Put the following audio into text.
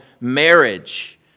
marriage